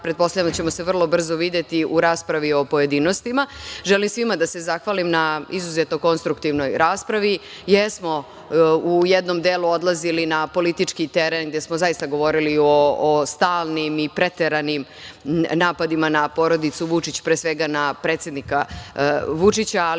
pretpostavljam da ćemo se vrlo brzo videti u raspravi o pojedinostima, želim svima da se zahvalim na izuzetno konstruktivnoj raspravi. Jesmo u jednom delu odlazili na politički teren, gde smo zaista govorili o stalnim i preteranim napadima na porodicu Vučić, pre svega na predsednika Vučića, ali